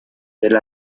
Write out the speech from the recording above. del